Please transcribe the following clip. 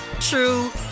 true